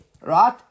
right